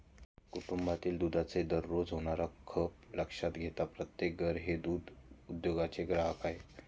कुटुंबातील दुधाचा दररोज होणारा खप लक्षात घेता प्रत्येक घर हे दूध उद्योगाचे ग्राहक आहे